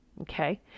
Okay